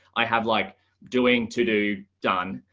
i have like doing to do done.